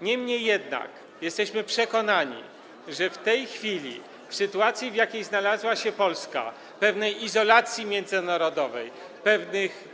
Niemniej jednak jesteśmy przekonani, że w tej chwili, w sytuacji, w jakiej znalazła się Polska - sytuacji pewnej izolacji międzynarodowej,